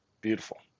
Beautiful